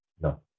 No